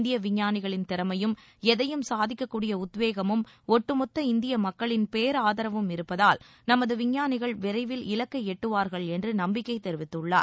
இந்திய விஞ்ஞானிகளின் திறமையும் எதையும் சாதிக்கக்கூடிய உத்வேகமும் ஒட்டு மொத்த இந்திய மக்களின் பேராதரவும் இருப்பதால் நமது விஞ்ஞானிகள் விரைவில் இலக்கை எட்டுவார்கள் என்று நம்பிக்கை தெரிவித்துள்ளார்